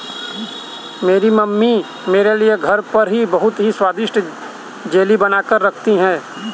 मेरी मम्मी मेरे लिए घर पर ही बहुत ही स्वादिष्ट जेली बनाकर रखती है